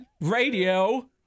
radio